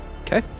Okay